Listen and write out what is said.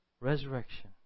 resurrection